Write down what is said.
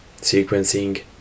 sequencing